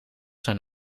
zijn